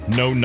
no